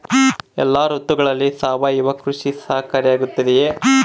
ಎಲ್ಲ ಋತುಗಳಲ್ಲಿ ಸಾವಯವ ಕೃಷಿ ಸಹಕಾರಿಯಾಗಿರುತ್ತದೆಯೇ?